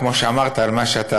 כמו שאמרת על מה שאתה,